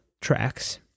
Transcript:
tracks